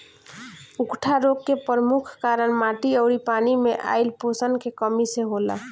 उकठा रोग के परमुख कारन माटी अउरी पानी मे आइल पोषण के कमी से होला